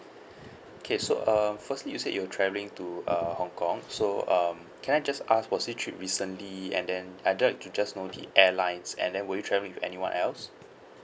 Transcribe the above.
okay so uh firstly you said you were travelling to uh hong kong so um can I just ask was this trip recently and then I would like just know the airlines and then were you travelling with anyone else